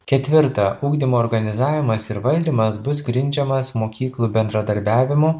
ketvirta ugdymo organizavimas ir valdymas bus grindžiamas mokyklų bendradarbiavimu